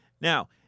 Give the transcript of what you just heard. Now